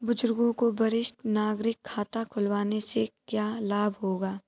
बुजुर्गों को वरिष्ठ नागरिक खाता खुलवाने से क्या लाभ होगा?